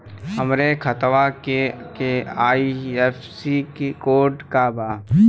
हमरे खतवा के आई.एफ.एस.सी कोड का बा?